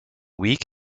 weak